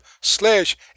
slash